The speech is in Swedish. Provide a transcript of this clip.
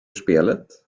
spelet